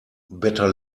better